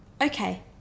okay